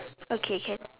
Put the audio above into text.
okay can